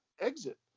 exit